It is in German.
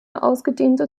ausgedehnte